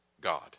God